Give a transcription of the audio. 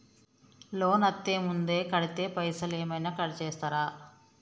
Loan అత్తే ముందే కడితే పైసలు ఏమైనా కట్ చేస్తరా?